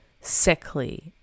sickly